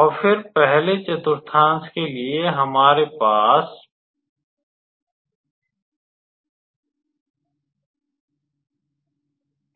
और फिर पहले चतुर्थांश के लिए हमारे पास